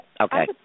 Okay